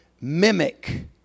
mimic